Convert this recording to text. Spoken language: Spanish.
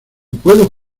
puedo